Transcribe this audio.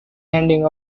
ending